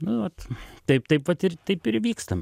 nu vat taip taip vat ir taip ir įvykstam